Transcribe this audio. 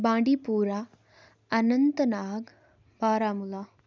بانڈی پورہ اننت ناگ بارہمولہ